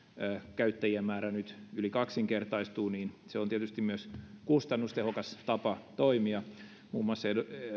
käyttäjien määrä nyt yli kaksinkertaistuu se on tietysti myös kustannustehokas tapa toimia muun muassa